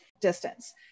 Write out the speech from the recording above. Distance